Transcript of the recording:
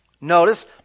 Notice